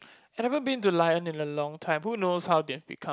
I never been to Lion in a long time who knows how they have become